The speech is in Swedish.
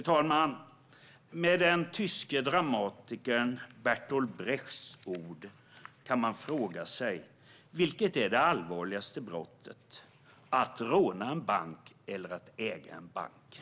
Man kan fråga sig, vilket är det allvarligaste brottet. Att råna en bank eller äga en bank." Det sista var ord från den tyske dramatikern Bertolt Brecht.